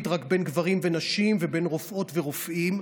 בין גברים לנשים ובין רופאות לרופאים,